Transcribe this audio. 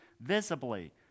visibly